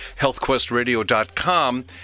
healthquestradio.com